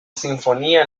sinfonía